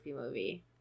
movie